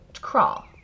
crawl